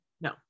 No